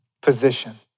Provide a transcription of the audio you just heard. position